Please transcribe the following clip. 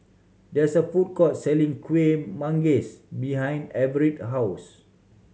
there is a food court selling Kueh Manggis behind Everette house